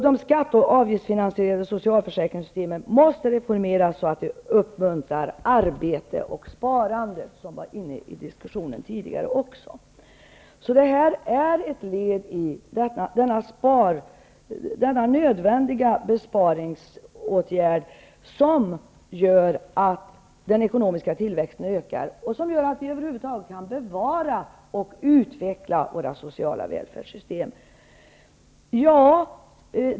De skatte och avgiftsfinansierade socialförsäkringssystemen måste reformeras, så att de uppmuntrar arbete och sparande -- såsom också framhållits tidigare i diskussionen. Detta är alltså ett led i en nödvändig besparing, som gör att den ekonomiska tillväxten ökar och att vi över huvud taget kan bevara och utveckla våra sociala välfärdssystem.